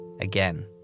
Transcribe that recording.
Again